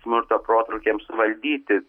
smurto protrūkiams valdyti